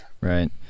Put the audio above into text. Right